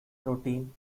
routine